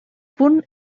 punt